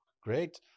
great